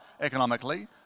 economically